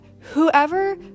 whoever-